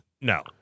No